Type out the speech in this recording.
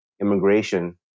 immigration